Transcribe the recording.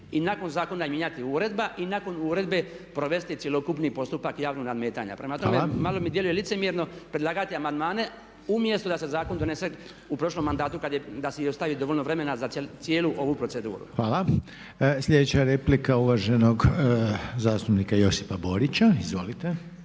i nakon zakona mijenjati uredba i nakon uredbe provesti cjelokupni postupak javnog nadmetanja. Prema tome, malo mi djeluje licemjerno predlagati amandmane umjesto da se zakon donese u prošlom mandatu kad je, da se i ostavi dovoljno vremena za cijelu ovu proceduru. **Reiner, Željko (HDZ)** Hvala. Sljedeća je replika uvaženog zastupnika Josipa Borića. Izvolite.